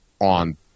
on